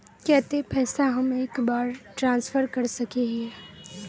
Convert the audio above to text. केते पैसा हम एक बार ट्रांसफर कर सके हीये?